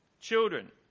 children